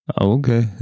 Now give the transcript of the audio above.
Okay